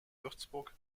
würzburg